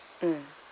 mm